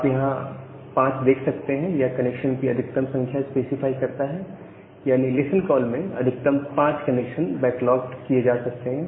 आप यह 5 यहां देख सकते हैं यह कनेक्शन की अधिकतम संख्या स्पेसिफाई करता है यानी लिसन कॉल में अधिकतम 5 कनेक्शन बैकलॉग्ड किए जा सकते हैं